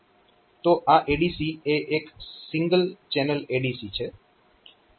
તો આ ADC એ એક સિંગલ ચેનલ ADC છે